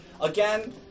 Again